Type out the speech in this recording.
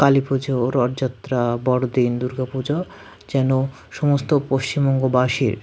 কালী পুজো রথযাত্রা বড়দিন দুর্গা পুজো যেন সমস্ত পশ্চিমবঙ্গবাসীর